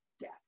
death